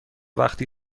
وقتی